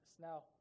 Now